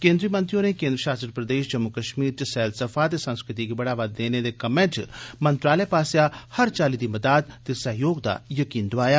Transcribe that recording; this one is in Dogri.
केन्द्री मंत्री होरें केन्द्र षासत प्रदेष जम्मू कष्मीर च सैलसफा ते संस्कृति गी बढ़ावा देने दे कम्में च मंत्रालय पास्सेआ हर चाल्ली दी मदाद ते सैह्योग दा जकीन दोआया